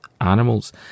animals